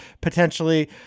potentially